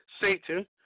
Satan